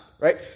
right